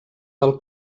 del